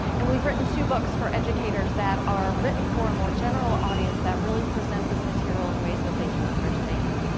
and we've written two books for educators that are written for a more general audience that really present this material in ways that they can understand.